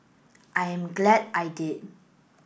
I am glad I did